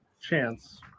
chance